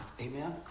Amen